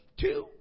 two